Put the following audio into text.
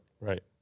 Right